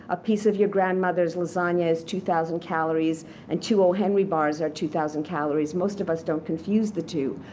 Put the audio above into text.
a piece of your grandmother's lasagna is two thousand calories and two oh henry! bars are two thousand calories, most of us don't confuse the two.